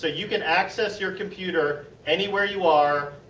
so you can access your computer anywhere you are.